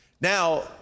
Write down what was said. Now